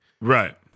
Right